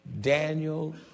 Daniel